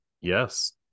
Yes